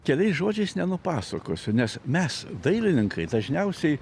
keliais žodžiais nenupasakosiu nes mes dailininkai dažniausiai